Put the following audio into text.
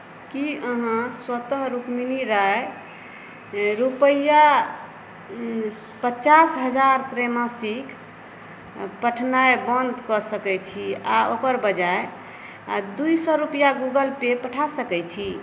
कि अहाँ स्वतः रुक्मिनी राय रुपैआ पचास हजार त्रैमासिक पठेनाइ बन्द कऽ सकै छी आओर ओकर बजाय दुइ सओ रुपैआ गूगल पेपर पठा सकै छी